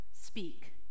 speak